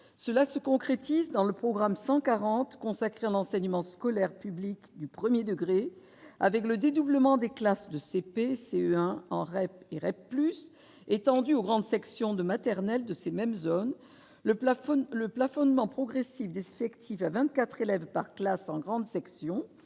cela se concrétise dans le programme 140 consacré à l'enseignement scolaire public du 1er degré avec le dédoublement des classes de CP, CE1 en REP iraient plus étendu aux grandes sections de maternelle de ces mêmes zones le plafond, le plafonnement progressif des effectifs à 24 élèves par classe en grande section,